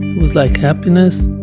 was like happiness